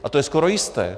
A to je skoro jisté.